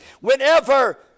whenever